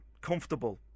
comfortable